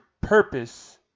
purpose